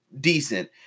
decent